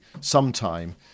sometime